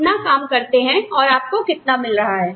आप कितना काम करते हैं और आपको कितना मिल रहा है